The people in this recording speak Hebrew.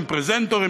הם פרזנטורים,